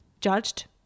judged